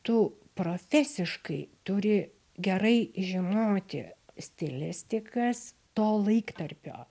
tu profesiškai turi gerai žinoti stilistikas to laiktarpio